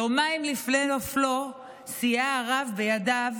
יומיים לפני נופלו סייע הרב בידיו